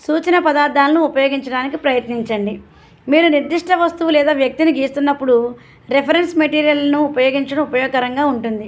సూచన పదార్థాలను ఉపయోగించడానికి ప్రయత్నించండి మీరు నిర్దిష్ట వస్తువు లేదా వ్యక్తిని గీస్తున్నప్పుడు రెఫరెన్స్ మెటీరియల్ను ఉపయోగించడం ఉపయోగకరంగా ఉంటుంది